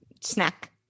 snack